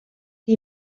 que